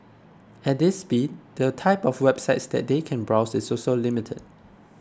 at this speed the type of websites that they can browse is also limited